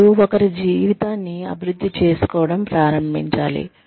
ఇప్పుడు ఒకరి జీవితాన్ని అభివృద్ధి చేసుకోవడం ప్రారంభించాలి